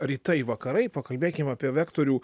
rytai vakarai pakalbėkim apie vektorių